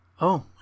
Oh